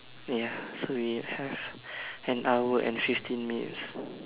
ya so we have an hour and fifteen minutes